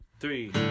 Three